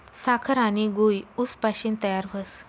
साखर आनी गूय ऊस पाशीन तयार व्हस